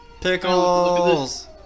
Pickles